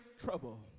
trouble